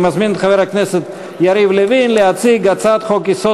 אני מזמין את חבר הכנסת יריב לוין להציג את הצעת חוק-יסוד: